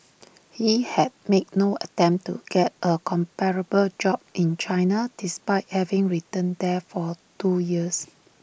he had made no attempt to get A comparable job in China despite having returned there for two years